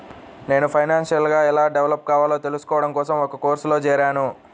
నేను ఫైనాన్షియల్ గా ఎలా డెవలప్ కావాలో తెల్సుకోడం కోసం ఒక కోర్సులో జేరాను